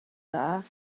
dda